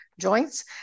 joints